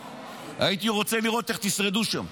הייתי רוצה לראות איך תשרדו שם.